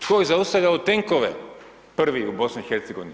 Tko je zaustavljao tenkove prvi u BiH?